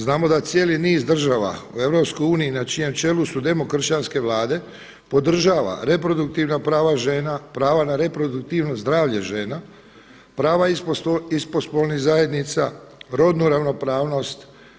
Znamo da cijeli niz država u EU na čijem čelu su demokršćanske vlade podržava reproduktivna prava žena, pravo na reproduktivno zdravlje žena, prava istospolnih zajednica, rodnu ravnopravnost.